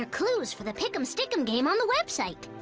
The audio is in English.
ah clues for the pick'm, stick'm game on the website.